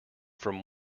from